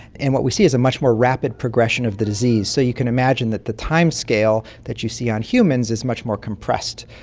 and what we see is a much more rapid progression of the disease. so you can imagine that the timescale that you see on humans is much more compressed.